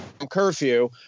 curfew